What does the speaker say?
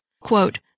quote